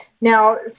Now